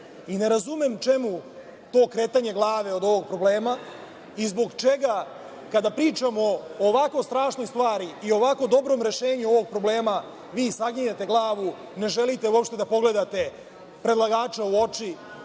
Ne razumem čemu to okretanje glave od ovog problema i zbog čega kada pričamo o ovako strašnoj stvari i ovako dobrom rešenju ovog problema vi saginjete glavu, ne želite uopšte da pogledate predlagača u oči,